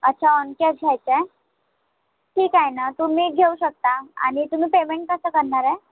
अच्छा on cash घ्यायचा आहे ठीक आहे ना तुम्ही घेऊ शकता आणि तुम्ही पेमेंट कसं करणार आहे